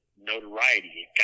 notoriety